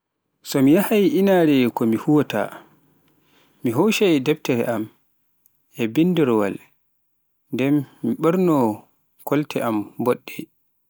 So mi yahhay inaare ko mi huwaata, mi hoccai defreji am, a bindorwal, nden mi ɓorno kolte boɗɗe.